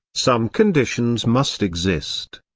some conditions must exist.